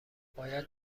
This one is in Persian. باید